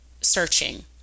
searching